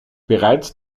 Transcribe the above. bereits